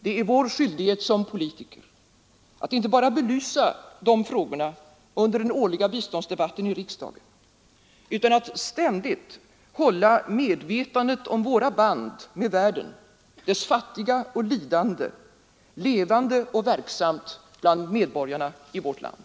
Det är vår skyldighet som politiker att inte bara belysa de frågorna under den årliga biståndsdebatten i riksdagen utan ständigt hålla medvetandet om våra band med världen, dess fattiga och lidande, levande och verksamt bland medborgarna i vårt land.